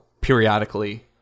periodically